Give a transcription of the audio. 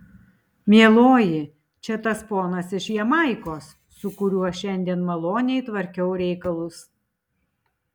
mieloji čia tas ponas iš jamaikos su kuriuo šiandien maloniai tvarkiau reikalus